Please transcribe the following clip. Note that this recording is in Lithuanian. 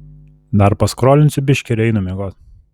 dar paskrolinsiu biškį ir einu miegot